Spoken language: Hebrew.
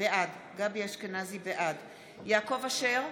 בעד יעקב אשר,